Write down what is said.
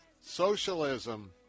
Socialism